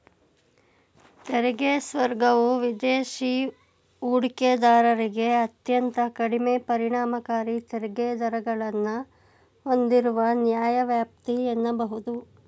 ತೆರಿಗೆ ಸ್ವರ್ಗವು ವಿದೇಶಿ ಹೂಡಿಕೆದಾರರಿಗೆ ಅತ್ಯಂತ ಕಡಿಮೆ ಪರಿಣಾಮಕಾರಿ ತೆರಿಗೆ ದರಗಳನ್ನ ಹೂಂದಿರುವ ನ್ಯಾಯವ್ಯಾಪ್ತಿ ಎನ್ನಬಹುದು